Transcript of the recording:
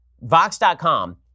Vox.com